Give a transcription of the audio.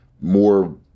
more